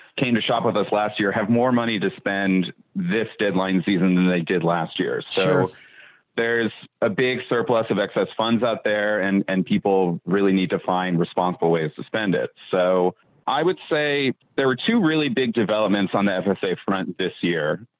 came to shop with us last year, have more money to spend this deadline season than they did last year. so there's a big surplus of excess funds out there, and and people really need to find responsible ways to spend it. so i would say there were two really big developments on the fsa front this year.